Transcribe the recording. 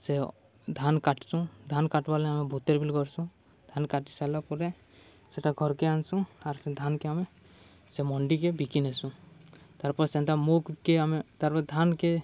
ସେ ଧାନ କାଟ୍ସୁଁ ଧାନ କାଟ୍ବା ବେଲେ ଆମେ ଭୁତେର ବିଲ୍ କରସୁଁ ଧାନ କାଟି ସାରିଲା ପରେ ସେଟା ଘର୍କେ ଆନସୁଁ ଆର୍ ସେ ଧାନ୍କେ ଆମେ ସେ ମଣ୍ଡିିକେ ବିକି ନେସୁଁ ତାର୍ପରେ ସେନ୍ତା ମୁଗ୍କେ ଆମେ ତାର୍ପରେ ଧାନ୍କେ